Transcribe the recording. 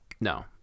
no